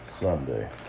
Sunday